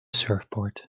surfboard